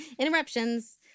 Interruptions